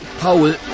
Paul